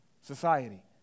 society